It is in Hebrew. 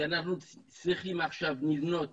כי אנחנו צריכים עכשיו לבנות